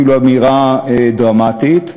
אפילו אמירה דרמטית,